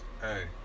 Hey